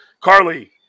Carly